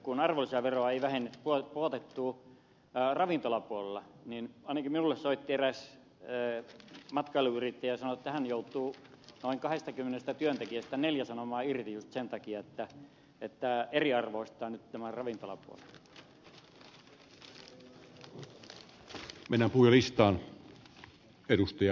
kun arvonlisäveroa ei pudotettu ravintolapuolella niin ainakin minulle soitti eräs matkailuyrittäjä ja sanoi että hän joutuu noin kahdestakymmenestä työntekijästä neljä sanomaan irti juuri sen takia että eriarvoistetaan nyt tämä ravintolapuoli